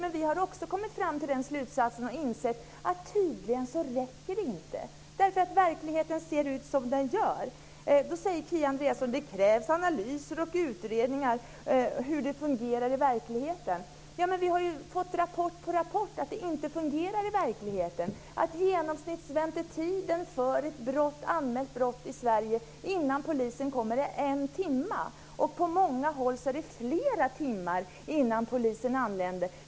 Även vi har kommit fram till den slutsatsen att resurserna inte räcker, eftersom verkligheten ser ut som den gör. Kia Andreasson säger att det krävs analyser och utredningar av hur det fungerar i verkligen. Vi har ju fått rapport på rapport om att det inte fungerar i verkligheten! Det tar i genomsnitt en timme innan polisen är på plats efter att ett brott har anmälts. På många håll dröjer det flera timmar innan polisen anländer.